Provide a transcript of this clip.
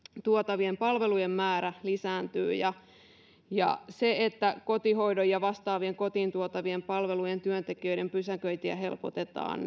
tuotavien palvelujen määrä lisääntyy se että kotihoidon ja vastaavien kotiin tuotavien palvelujen työntekijöiden pysäköintiä helpotetaan